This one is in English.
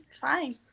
Fine